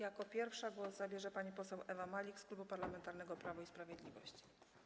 Jako pierwsza głos zabierze pani poseł Ewa Malik z Klubu Parlamentarnego Prawo i Sprawiedliwość.